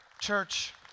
church